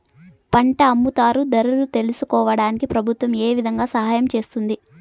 పంట అమ్ముతారు ధరలు తెలుసుకోవడానికి ప్రభుత్వం ఏ విధంగా సహాయం చేస్తుంది?